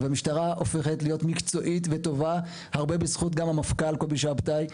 והמשטרה הופכת להיות מקצועית וטובה הרבה בזכות גם המפכ"ל קובי שבתאי,